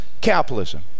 capitalism